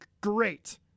Great